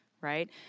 right